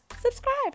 subscribe